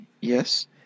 Yes